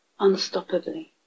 unstoppably